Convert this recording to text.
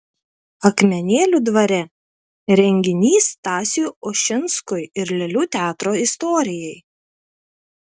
akmenėlių dvare renginys stasiui ušinskui ir lėlių teatro istorijai